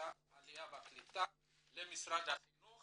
העלייה והקליטה למשרד החינוך